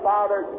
Father